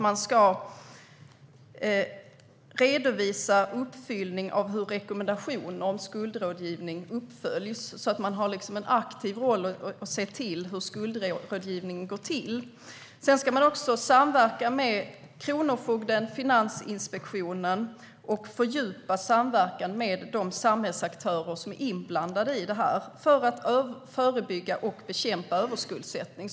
Man ska redovisa hur rekommendationer om skuldrådgivning uppföljs, och man har en aktiv roll i att se till hur skuldrådgivningen går till. Man ska också samverka med kronofogden och Finansinspektionen och fördjupa samverkan med inblandade samhällsaktörer för att förebygga och bekämpa överskuldsättning.